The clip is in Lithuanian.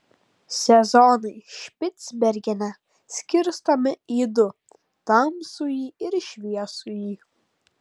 sezonai špicbergene skirstomi į du tamsųjį ir šviesųjį